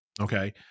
Okay